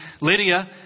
Lydia